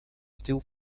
still